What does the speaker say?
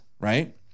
right